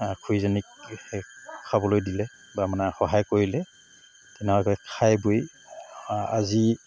খুড়ীজনীক সেই খাবলৈ দিলে বা মানে সহায় কৰিলে তেনেকাকৈ খাই বৈ আজি